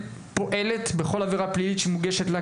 פועלת בכל עבירה פלילית שמוגשת על הסתה,